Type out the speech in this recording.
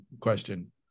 question